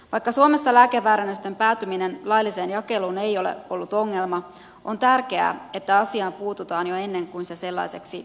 vaikka suomessa lääkeväärennösten päätyminen lailliseen jakeluun ei ole ollut ongelma on tärkeää että asiaan puututaan jo ennen kuin se sellaiseksi muuttuukaan